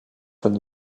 von